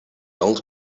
old